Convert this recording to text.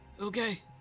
Okay